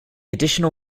additional